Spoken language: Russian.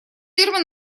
фирмы